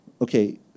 Okay